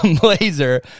Blazer